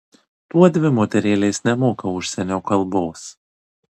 tuodvi moterėlės nemoka užsienio kalbos